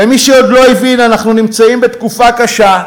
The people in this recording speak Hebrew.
למי שעוד לא הבין, אנחנו נמצאים בתקופה קשה,